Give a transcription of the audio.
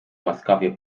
łaskawie